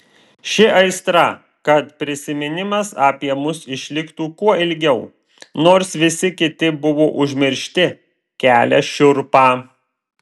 ši aistra kad prisiminimas apie mus išliktų kuo ilgiau nors visi kiti buvo užmiršti kelia šiurpą